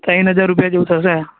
ત્રણ હજાર રૂપિયા જેવું થશે